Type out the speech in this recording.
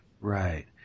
Right